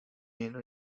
lleno